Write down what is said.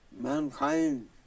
mankind